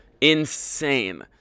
insane